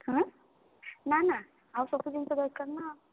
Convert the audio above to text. ହଁ ନା ନା ଆଉ ସବୁ ଜିନିଷ ଦରକାର ନା